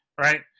right